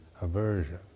aversion